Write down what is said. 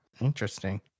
Interesting